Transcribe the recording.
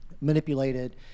manipulated